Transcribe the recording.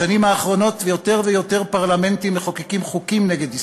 בשנים האחרונות יותר ויותר פרלמנטים מחוקקים חוקים נגד ישראל,